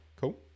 cool